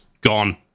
gone